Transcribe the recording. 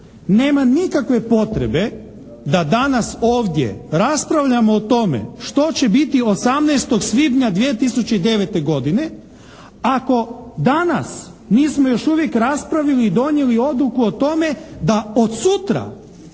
Nema nikakve potrebe da danas ovdje raspravljamo o tome što će biti 18. svibnja 2009. godine, ako danas nismo još uvijek raspravili i donijeli odluku o tome da od sutra